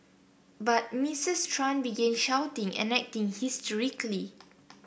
but Mistress Tran began shouting and acting hysterically